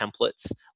templates